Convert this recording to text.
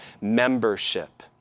membership